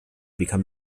become